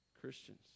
Christians